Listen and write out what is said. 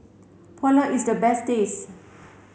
Pulao is the best tasty